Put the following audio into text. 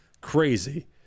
crazy